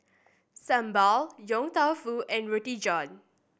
sambal Yong Tau Foo and Roti John